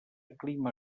clima